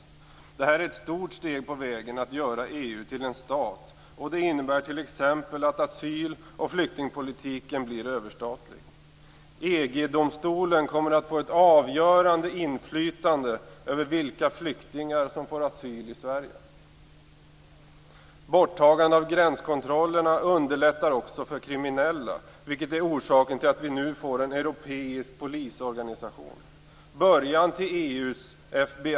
Detta är ett stort steg på vägen mot att göra EU till en stat. Det innebär t.ex. att asyl och flyktingpolitiken blir överstatlig. EG domstolen kommer att få ett avgörande inflytande över vilka flyktingar som får asyl i Sverige. Borttagandet av gränskontrollerna underlättar också för kriminella, vilket är orsaken till att vi nu får en europeisk polisorganisation, början till EU:s FBI.